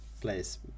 place